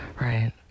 Right